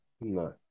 No